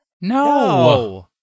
No